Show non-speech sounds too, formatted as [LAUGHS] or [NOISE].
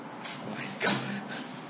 my god [LAUGHS]